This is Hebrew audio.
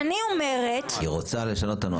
היא רוצה לשנות את הנוסח.